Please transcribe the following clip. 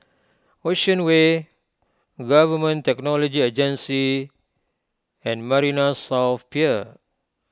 Ocean Way Government Technology Agency and Marina South Pier